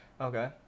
okay